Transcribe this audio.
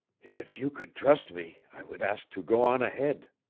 if you could trust me i would ask to go on ahead,